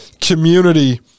community